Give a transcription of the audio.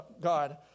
God